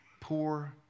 poor